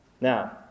Now